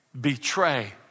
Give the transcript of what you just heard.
betray